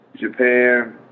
Japan